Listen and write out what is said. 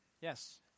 Yes